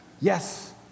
Yes